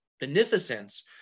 beneficence